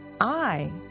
I